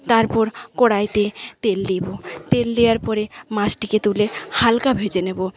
তারপর কড়াইতে তেল দেব তেল দেওয়ার পরে মাছটিকে তুলে হালকা ভেজে নেব